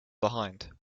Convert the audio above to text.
behind